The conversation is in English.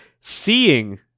seeing